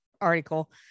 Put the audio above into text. article